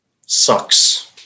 sucks